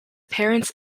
parents